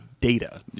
data